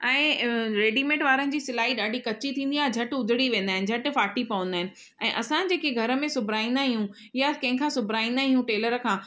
ऐं रेडीमेड वारनि जी सिलाई ॾाढी कच्ची थींदी आहे ऐं झटि उधणी वेंदा आहिनि झटि फ़ाटी पवंदा आहिनि ऐं असां जेके घर में सिबाईंदा आहियूं या कंहिंखा सिबाईंदा आहियूं टेलर खां